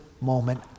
moment